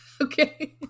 Okay